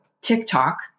TikTok